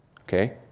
Okay